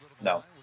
No